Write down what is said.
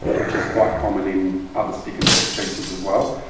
which is quite common in other stick insect species as well,